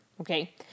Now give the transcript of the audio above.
Okay